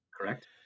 Correct